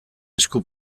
esku